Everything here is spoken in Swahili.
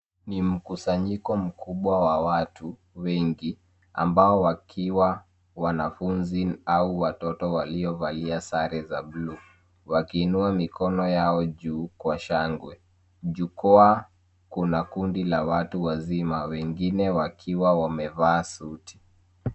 Ni mkusanyiko mkubwa wa watu wengi ambao wakiwa wanafunzi au watoto waliovalia sare za blue wakiimnua mikono yao juu kwa shangwe, jukwaa kuna kundi la watu wazima, wengine wakiwa wamevaa suti.